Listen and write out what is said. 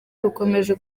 rukomeje